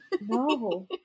no